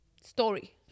story